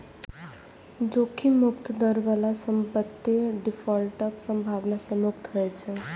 जोखिम मुक्त दर बला संपत्ति डिफॉल्टक संभावना सं मुक्त होइ छै